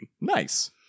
Nice